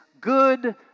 good